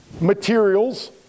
materials